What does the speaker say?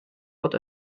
fod